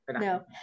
no